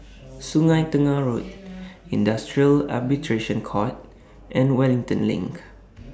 Sungei Tengah Road Industrial Arbitration Court and Wellington LINK